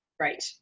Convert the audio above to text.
Right